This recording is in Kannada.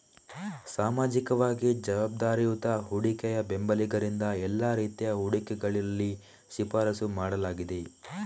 ಸಾಮಾಜಿಕವಾಗಿ ಜವಾಬ್ದಾರಿಯುತ ಹೂಡಿಕೆಯ ಬೆಂಬಲಿಗರಿಂದ ಎಲ್ಲಾ ರೀತಿಯ ಹೂಡಿಕೆಗಳಲ್ಲಿ ಶಿಫಾರಸು ಮಾಡಲಾಗಿದೆ